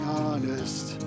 honest